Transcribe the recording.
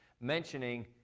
mentioning